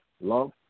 love